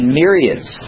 myriads